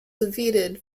defeated